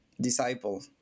disciple